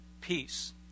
peace